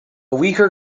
weaker